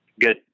good